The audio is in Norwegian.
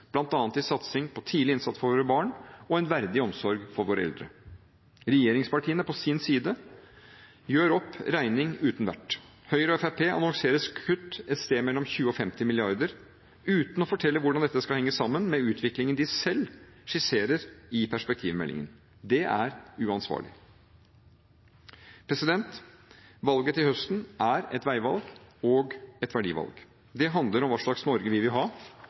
satsing på tidlig innsats for våre barn og en verdig omsorg for våre eldre. Regjeringspartiene gjør på sin side opp regning uten vert. Høyre og Fremskrittspartiet annonserer kutt på et sted mellom 20 mrd. kr og 50 mrd. kr uten å fortelle hvordan dette skal henge sammen med utviklingen de selv skisserer i perspektivmeldingen. Det er uansvarlig. Valget til høsten er et veivalg og et verdivalg. Det handler om hva slags Norge vi vil ha,